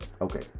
Okay